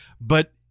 But-